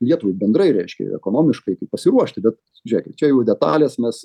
lietuvai bendrai reiškia ekonomiškai kaip pasiruošti bet žiūrėkit čia jau detalės mes